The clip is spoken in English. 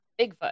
Bigfoot